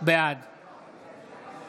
בעד